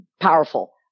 powerful